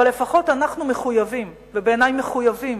אבל לפחות אנחנו מחויבים, ובעיני מחויבים,